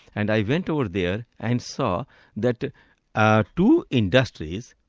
and i went over there and saw that ah ah two industries,